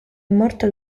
morta